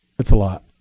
it's a lot.